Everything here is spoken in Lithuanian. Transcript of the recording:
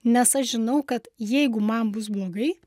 nes aš žinau kad jeigu man bus blogai